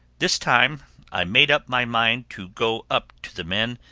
this time i made up my mind to go up to the men,